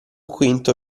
quinto